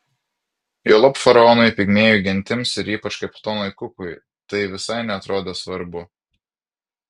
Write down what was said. juolab faraonui pigmėjų gentims ir ypač kapitonui kukui tai visai neatrodė svarbu